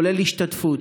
כולל השתתפות.